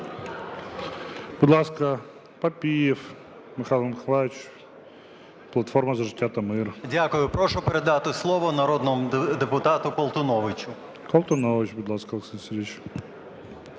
Дякую. Прошу передати слово народному депутату Колтуновичу.